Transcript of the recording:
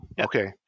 okay